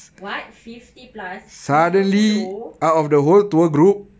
what fifty plus lima puluh